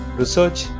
research